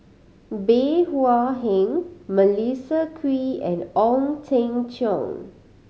Bey Hua Heng Melissa Kwee and Ong Teng Cheong